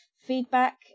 feedback